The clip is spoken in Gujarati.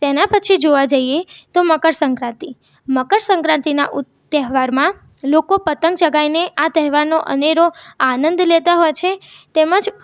તેના પછી જોવા જઈએ તો મકર સંક્રાંતિ મકર સંક્રાંતિના ઉ તેહવારમાં લોકો પતંગ ચગાવીને આ તહેવારનો અનેરો આનંદ લેતા હો છે તેમજ